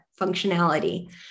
functionality